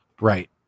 Right